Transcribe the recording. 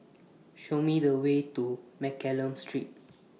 Show Me The Way to Mccallum Street